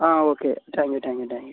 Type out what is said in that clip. ആ okay thank you thank you thank you